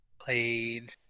Played